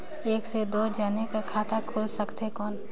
एक से दो जने कर खाता खुल सकथे कौन?